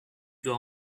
doit